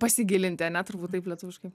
pasigilinti ane turbūt taip lietuviškai